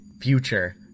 future